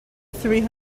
three